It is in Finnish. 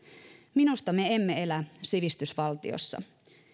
minusta me emme elä sivistysvaltiossa